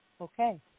Okay